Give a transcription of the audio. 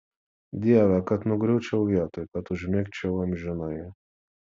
dieve kad nugriūčiau vietoj kad užmigčiau amžinai